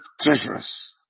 treacherous